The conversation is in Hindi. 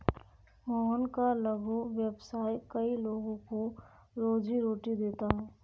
मोहन का लघु व्यवसाय कई लोगों को रोजीरोटी देता है